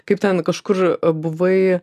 kaip ten kažkur buvai